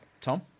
Tom